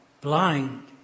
blind